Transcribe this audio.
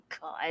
God